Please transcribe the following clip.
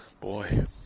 boy